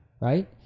Right